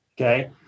Okay